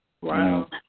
Wow